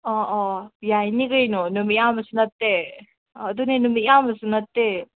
ꯑꯣ ꯑꯣ ꯌꯥꯏꯅꯦ ꯀꯩꯅꯣ ꯅꯨꯃꯤꯠ ꯌꯥꯝꯕꯁꯨ ꯅꯠꯇꯦ ꯑꯗꯨꯅꯦ ꯅꯨꯃꯤꯠ ꯌꯥꯝꯕꯁꯨ ꯅꯠꯇꯦ